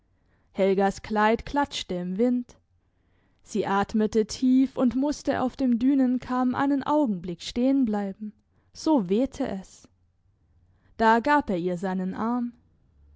helgas kleid klatschte im wind sie atmete tief und musste auf dem dünenkamm einen augenblick stehen bleiben so wehte es da gab er ihr seinen arm